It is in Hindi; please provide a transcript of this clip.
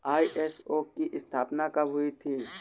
आई.एस.ओ की स्थापना कब हुई थी?